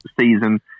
season –